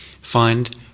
find